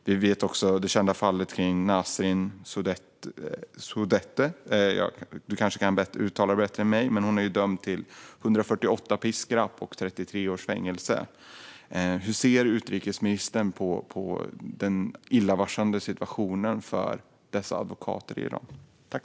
Vi känner också till det kända fallet med Nasrin Sotoudeh - Margot Wallström kanske kan uttala namnet bättre än jag - som är dömd till 148 piskrapp och 33 års fängelse. Hur ser utrikesministern på den illavarslande situationen för dessa advokater i Iran?